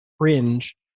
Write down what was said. cringe